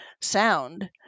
sound